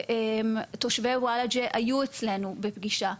תושבי וולאג'ה היו אצלנו בפגישה,